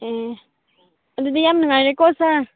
ꯑꯦ ꯑꯗꯨꯗꯤ ꯌꯥꯝ ꯅꯨꯉꯥꯏꯔꯦ ꯀꯣ ꯁꯔ